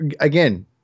again